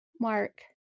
mark